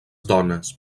dones